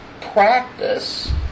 practice